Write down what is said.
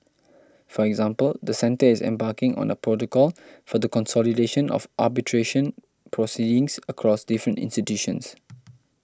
for example the centre is embarking on a protocol for the consolidation of arbitration proceedings across different institutions